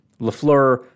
Lafleur